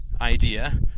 idea